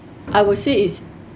I would say is